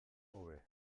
hobe